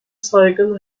saygın